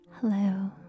Hello